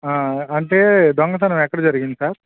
అంటే దొంగతనం ఎక్కడ జరిగింది సార్